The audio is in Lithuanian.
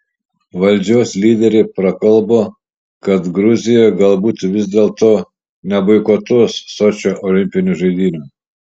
valdžios lyderiai prakalbo kad gruzija galbūt vis dėlto neboikotuos sočio olimpinių žaidynių